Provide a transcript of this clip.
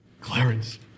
Clarence